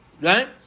Right